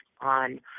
on